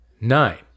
Nine